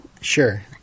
Sure